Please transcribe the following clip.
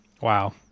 wow